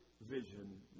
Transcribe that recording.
vision